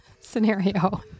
scenario